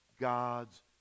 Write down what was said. God's